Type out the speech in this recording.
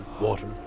water